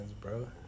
bro